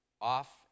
off